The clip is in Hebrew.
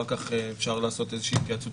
אחר כך אפשר לעשות איזה התייעצות